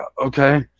okay